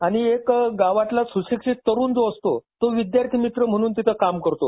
आणि एक गावातला सुशिक्षित तरुण जो असतो तो विद्यार्थी मित्र म्हणून तिथे काम करतो